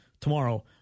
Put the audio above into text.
tomorrow